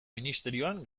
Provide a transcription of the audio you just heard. ministerioan